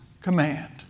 command